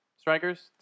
Strikers